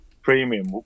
premium